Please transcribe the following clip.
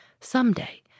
someday